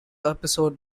episode